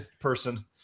person